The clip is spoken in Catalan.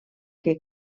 que